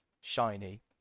shiny